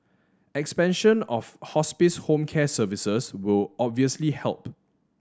expansion of hospice home care services will obviously help